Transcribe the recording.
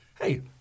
hey